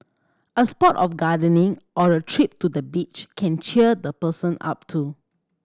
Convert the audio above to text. a spot of gardening or a trip to the beach can cheer the person up too